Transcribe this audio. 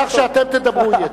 כך כשאתם תדברו יהיה.